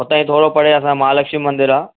हुते थोरो परे असां महालक्ष्मी मंदरु आहे